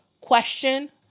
question